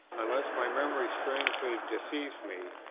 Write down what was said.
unless my memory strangely deceives me,